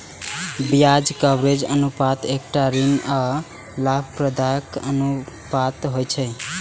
ब्याज कवरेज अनुपात एकटा ऋण आ लाभप्रदताक अनुपात होइ छै